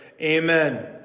Amen